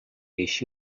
així